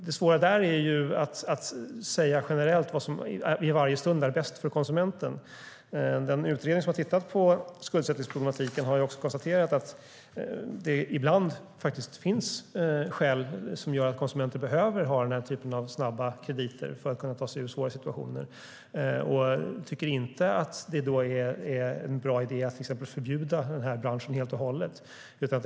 Det är dock svårt att generellt säga vad som i varje stund är bäst för konsumenten. Den utredning som har sett över skuldsättningsproblematiken har också konstaterat att det ibland kan finnas skäl till att konsumenter behöver ha den här typen av snabba krediter för att kunna ta sig ur svåra situationer. Man tycker inte att det är en bra idé att förbjuda branschen helt och hållet.